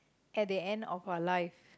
at the end of our life